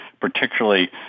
particularly